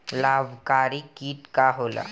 लाभकारी कीट का होला?